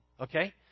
okay